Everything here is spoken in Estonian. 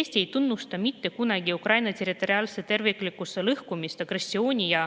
Eesti ei tunnusta mitte kunagi Ukraina territoriaalse terviklikkuse lõhkumist agressiooni ja